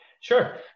Sure